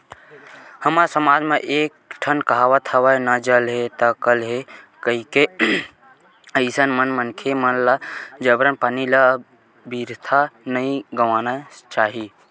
हमर समाज म एक ठन कहावत हवय ना जल हे ता कल हे कहिके अइसन म मनखे मन ल जबरन पानी ल अबिरथा नइ गवाना चाही